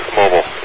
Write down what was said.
mobile